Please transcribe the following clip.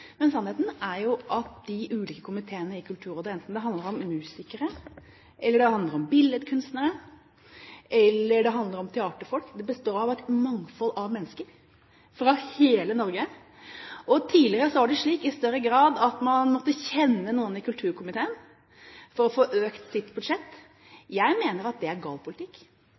Men sannheten er jo at de ulike komiteene i Kulturrådet – enten det handler om musikere eller om billedkunstnere eller om teaterfolk – består av et mangfold av mennesker, fra hele Norge. Tidligere var det i større grad slik at man måtte kjenne noen i kulturkomiteen for å få økt sitt budsjett. Jeg mener at det er